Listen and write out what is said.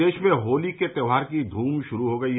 प्रदेश में होली के त्योहार की धूम श्रू हो गयी